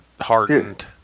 hardened